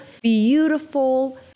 beautiful